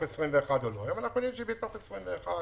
2021. היום אנחנו יודעים שהיא בתוך 2021,